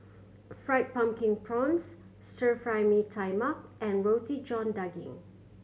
Fried Pumpkin Prawns Stir Fry Mee Tai Mak and Roti John Daging